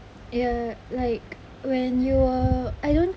ya like when you were I don't